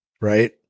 right